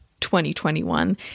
2021